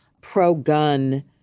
pro-gun